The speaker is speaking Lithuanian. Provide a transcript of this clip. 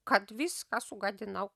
kad viską sugadinau